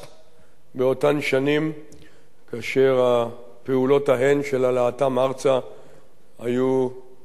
באותן שנים כאשר הפעולות ההן של העלאתם ארצה היו חשאיות,